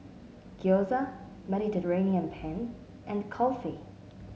Gyoza Mediterranean Penne and Kulfi